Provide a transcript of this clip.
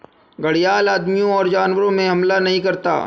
घड़ियाल आदमियों और जानवरों पर हमला नहीं करता है